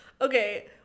Okay